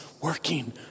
working